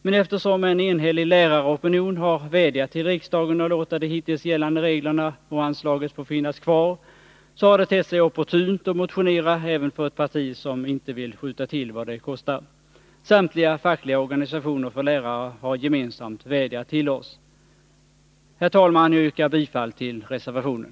Men eftersom en enhällig läraropinion har vädjat till riksdagen att låta de hittills gällande reglerna och anslaget få finnas kvar, har det även för det parti som inte vill skjuta till vad det kostar tett sig opportunt att motionera. Samtliga fackliga organisationer för lärare har gemensamt vädjat till oss. Herr talman! Jag yrkar bifall till reservationen.